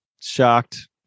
shocked